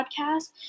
podcast